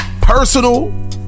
personal